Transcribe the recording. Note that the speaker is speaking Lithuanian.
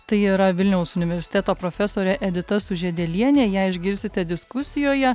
tai yra vilniaus universiteto profesorė edita sužiedelienė ją išgirsite diskusijoje